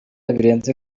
birenze